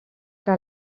que